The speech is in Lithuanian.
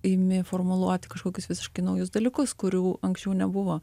imi formuluoti kažkokius visiškai naujus dalykus kurių anksčiau nebuvo